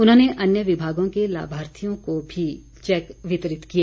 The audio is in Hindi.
उन्होंने अन्य विभागों के लाभार्थियों को भी चैक वितरित किए